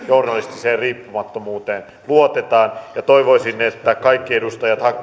journalistiseen riippumattomuuteen luotetaan toivoisin että kaikki edustajat